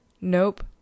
Nope